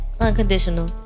unconditional